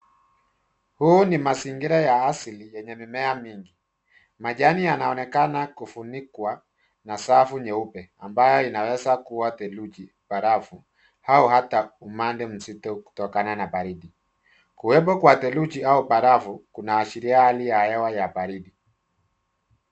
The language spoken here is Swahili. Huu ni mazigira ya asili yenye mimea mingi. Majani yanaonekana kufunikwa na safu nyeupe, ambayo inaweza kuwa theluji, barafu au hata umande mzito kutokana na baraidi. Kuwepo kwa theluji au barafu, kunaashiria hali ya hewa ya baridi.